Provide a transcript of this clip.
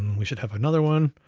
we should have another one.